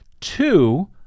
Two